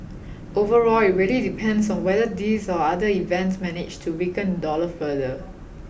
overall it really depends on whether these or other events manage to weaken the dollar further